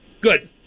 Good